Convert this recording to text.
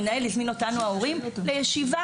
המנהל הזמין אותנו ההורים לישיבה,